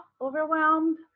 overwhelmed